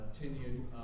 continue